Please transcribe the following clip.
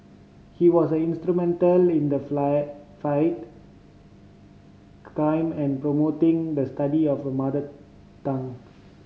he was instrumental in the flight fight crime and promoting the study of a mother tongue